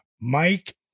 Mike